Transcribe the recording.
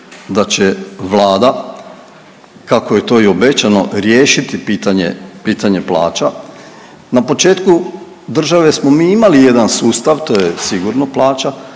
da će Vlada, kako je to i obećano, riješiti pitanje, pitanje plaća. Na početku države smo mi imali jedan sustav, to je sigurno plaća,